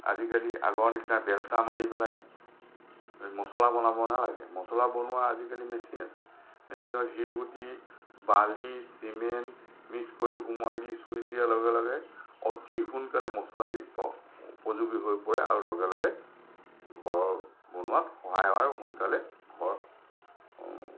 আজিকালি আগৰ নিচিনা বেলচা মাৰি পেলাই এই মছলা বনাব নেলাগে মছলা বনোৱা আজিকালি মেচিন আছে মেচিনত শিলগুটি বালি চিমেণ্ট মিক্স কৰি সোমোৱাই দি ছুইচ দিয়াৰ লগে লগে অতি সোনকালে মছলাবিধ ব উপযোগী হৈ পৰে আৰু লগে লগে ঘৰ বনোৱাত সহায় হয় সোনকালে ঘৰ